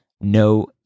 no